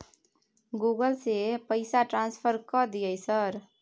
Google से से पैसा ट्रांसफर कर दिय सर?